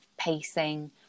pacing